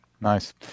Nice